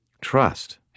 Trust